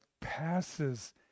passes